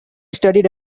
studied